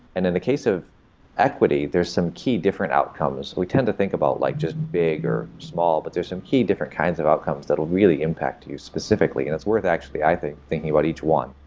and in the case of equity, there are some key different outcomes. we tend to think about like just big, or small, but there are some key different kinds of outcomes that would really impact you specifically, and it's worth actually, i think, thinking about each one.